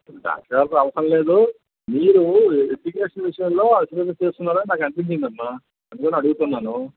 doctor గారుతో అవసరంలేదు మీరు ఎడ్యుకేషన్ విషయంలో అశ్రద్ధ చేస్తున్నారని నాకనిపించిందమ్మా అందుకని అడుగుతున్నాను